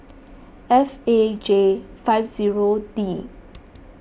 F A J five zero D